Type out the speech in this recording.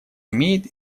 имеет